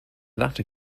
latter